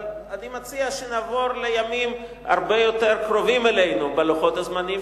אבל אני מציע שנעבור לימים הרבה יותר קרובים אלינו בלוחות הזמנים,